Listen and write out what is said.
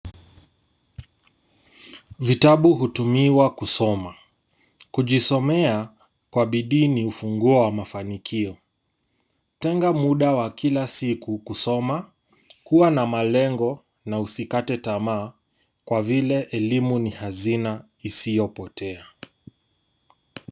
Vitabu hutumiwa kusoma. Kujisomea kwa bidii ni ufunguo wa mafanikio. Tenga muda wa kila siku kusoma, kuwa na malengo na usikate tamaa kwa vile elimu ni hazina isiyopotea.